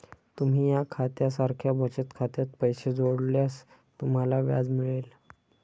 तुम्ही या खात्या सारख्या बचत खात्यात पैसे जोडल्यास तुम्हाला व्याज मिळेल